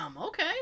okay